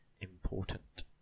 important